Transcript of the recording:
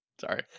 Sorry